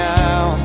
now